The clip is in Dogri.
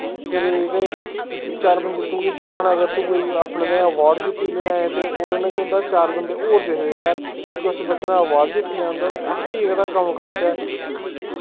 तेरे जेह्ड़े चार बंदे तुगी दिक्खन अगर तूं कोई अपने नेआ अवार्ड जित्ती लेआएं ते ओह्दे नै केह् होंदा चार बंदे होर दिखदे यार कि उस बच्चे ना अवार्ड जित्तियै आंदा ते अस बी एह्कड़ा कम्म करचै